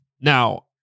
Now